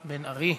2524,